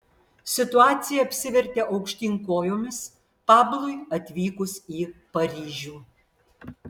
situacija apsivertė aukštyn kojomis pablui atvykus į paryžių